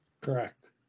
correct